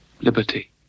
Liberty